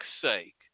sake